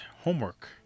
Homework